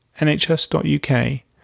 NHS.uk